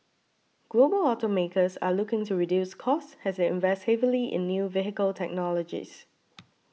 global automakers are looking to reduce costs as they invest heavily in new vehicle technologies